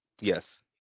Yes